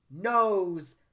Nose